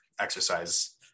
exercise